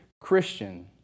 Christian